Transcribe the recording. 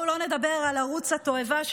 בואו לא נדבר על ערוץ התועבה,